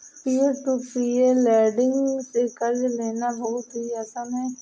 peer to peer lending से कर्ज लेना बहुत ही आसान है